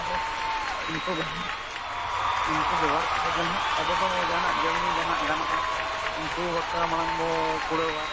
ᱟᱵᱚ ᱩᱱᱠᱩ ᱡᱟᱦᱟᱸ ᱩᱱᱠᱩ ᱵᱮᱣᱦᱟᱨ ᱠᱚ ᱦᱮᱡ ᱞᱮᱱᱠᱷᱟᱡ ᱟᱵᱚ ᱫᱚ ᱡᱟᱦᱟᱱᱟᱜ ᱡᱚᱢ ᱧᱩ ᱫᱚ ᱦᱟᱸᱜ ᱜᱟᱱᱚᱜᱼᱟ ᱩᱱᱠᱩ ᱵᱟᱠᱷᱨᱟ ᱢᱟᱲᱟᱝ ᱵᱚᱱ ᱠᱩᱲᱟᱹᱣᱟ